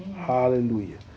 Hallelujah